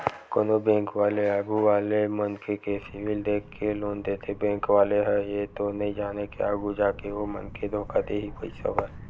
कोनो बेंक वाले आघू वाले मनखे के सिविल देख के लोन देथे बेंक वाले ह ये तो नइ जानय के आघु जाके ओ मनखे धोखा दिही पइसा बर